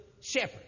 shepherd